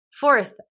Fourth